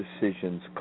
decisions